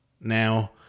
Now